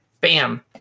bam